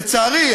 לצערי,